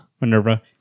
Minerva